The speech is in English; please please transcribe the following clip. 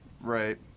Right